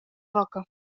roca